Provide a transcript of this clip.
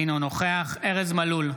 אינו נוכח ארז מלול,